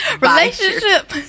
Relationship